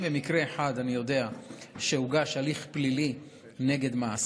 ובמקרה אחד אני יודע שהוגש הליך פלילי נגד מעסיק.